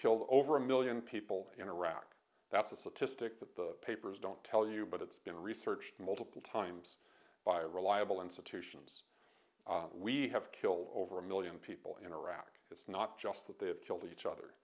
killed over a million people in iraq that's a statistic that the papers don't tell you but it's been researched multiple times by reliable institutions we have killed over a million people in iraq it's not just that they have killed each other